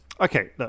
okay